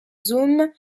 zoom